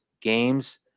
games